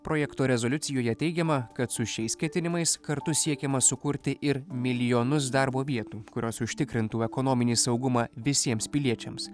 projekto rezoliucijoje teigiama kad su šiais ketinimais kartu siekiama sukurti ir milijonus darbo vietų kurios užtikrintų ekonominį saugumą visiems piliečiams